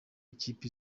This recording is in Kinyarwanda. ikipe